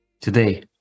today